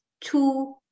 two